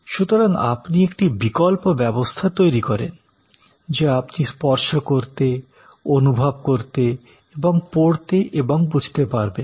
সুতরাং আপনি একটি বিকল্প ব্যবস্থা তৈরি করেন যা আপনি স্পর্শ করতে অনুভব করতে এবং পড়তে এবং বুঝতে পারবেন